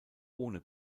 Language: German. ohne